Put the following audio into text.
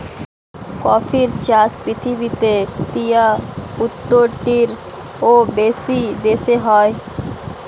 কফির চাষ পৃথিবীতে তিয়াত্তরটিরও বেশি দেশে হয়